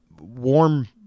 warm